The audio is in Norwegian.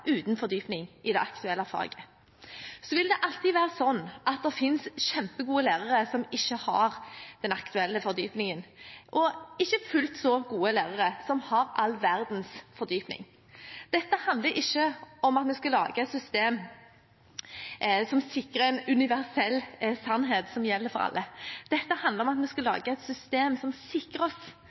uten fordypning i det aktuelle faget. Så vil det alltid være sånn at det finnes kjempegode lærere som ikke har den aktuelle fordypningen, og ikke fullt så gode lærere som har all verdens fordypning. Dette handler ikke om at vi skal lage et system som sikrer en universell sannhet som gjelder for alle. Dette handler om at vi skal lage et system som sikrer